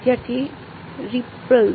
વિદ્યાર્થી રિપલ્સ